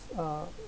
uh